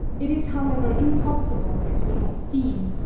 it is however impossible, as we have seen,